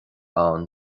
ann